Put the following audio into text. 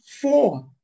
four